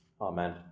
Amen